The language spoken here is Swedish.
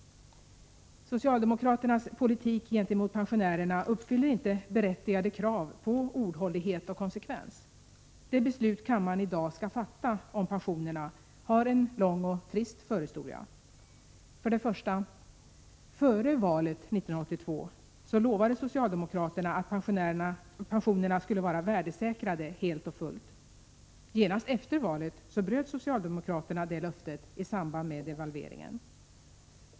Socialdemokraternas politik gentemot pensionärerna uppfyller inte berättigade krav på ordhållighet och konsekvens. Det beslut kammaren i dag skall fatta om pensionerna har en lång och trist förhistoria. För det första: Före valet 1982 lovade socialdemokraterna att pensionerna skulle vara värdesäkrade helt och fullt. Genast efter valet bröt socialdemokraterna det löftet i samband med devalveringen.